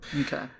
Okay